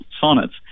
sonnets